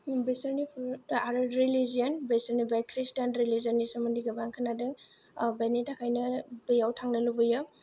बेसोरनि फुड आरो रिलिजन बिसोरनि बे क्रिस्टिआन रिलिजननि सोमोनदोयै गोबां खोनादों बेनि थाखाइनो बेयाव थांनो लुबैयो